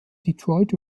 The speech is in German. detroit